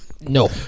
No